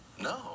No